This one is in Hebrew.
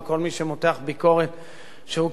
שהוא כביכול עושה את זה ממניעים פוליטיים,